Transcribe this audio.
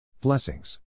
Blessings